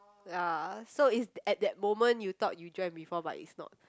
ya so it's at that moment you thought you dreamt before but it's not